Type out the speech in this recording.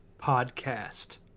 podcast